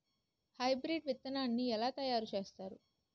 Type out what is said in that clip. Hybrid విత్తనాన్ని ఏలా తయారు చేస్తారు?